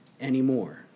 anymore